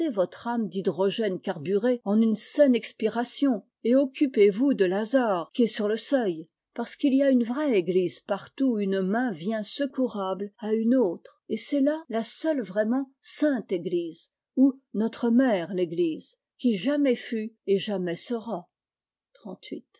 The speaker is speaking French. votre âme d'hydrogène carburé en une saine expiration et occupez-vous de lazare qui est sur le seuil parce qu'il y a une vraie j église partout où une main vient secourable à une j autre et c'est là la seule vraiment sainte eglise ou notre mère l'eglise qui jamais fut et jamais sera